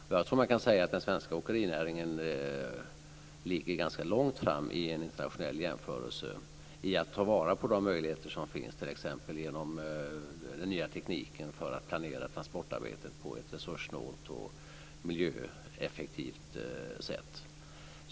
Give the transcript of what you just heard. Jag tror att man kan säga att den svenska åkerinäringen i en internationell jämförelse ligger ganska långt fram när det gäller att ta vara på de möjligheter som finns, t.ex. genom den nya tekniken för att planera transportarbetet på ett resurssnålt och miljöeffektivt sätt.